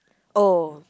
oh